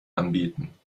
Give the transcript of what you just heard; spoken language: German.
anbieten